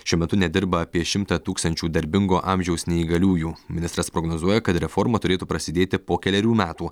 šiuo metu nedirba apie šimtą tūkstančių darbingo amžiaus neįgaliųjų ministras prognozuoja kad reforma turėtų prasidėti po kelerių metų